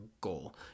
goal